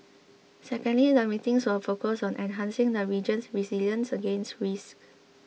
secondly the meetings will focus on enhancing the region's resilience against risks